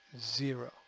zero